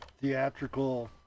theatrical